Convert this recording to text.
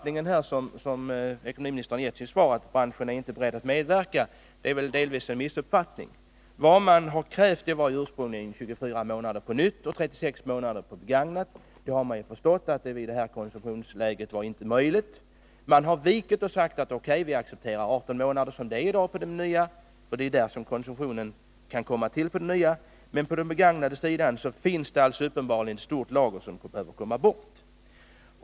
När ekonomiministern i sitt svar säger att branschen inte är beredd att medverka tror jag att det delvis är en missuppfattning. Vad man ursprungligen krävt är en avbetalningstid på 24 månader för nya bilar och 36 månader för begagnade. Man har förstått att något sådant i det här läget inte är möjligt. Man har vikit och sagt: O.K., vi accepterar 18 månader, som det är i dag för de nya bilarna. Det är bland dessa konsumtionen kan öka. Men när det gäller begagnade bilar finns det uppenbarligen ett stort lager som behöver komma bort.